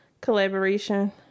collaboration